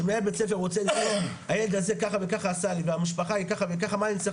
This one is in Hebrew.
כשמנהלת בית ספר אומרת "הילד ככה וככה עשה לי" והמשפחה "מה אני צריך